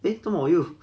eh 做么我又